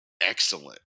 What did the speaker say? excellent